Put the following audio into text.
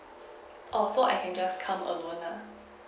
oo so I can just come alone uh